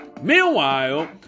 Meanwhile